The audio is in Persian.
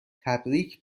تبریک